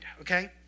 okay